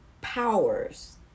powers